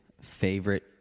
favorite